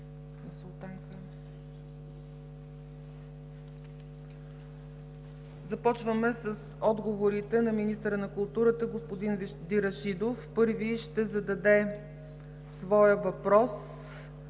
Започваме с отговорите на министъра на културата господин Вежди Рашидов. Първи ще зададе своя въпрос